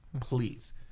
Please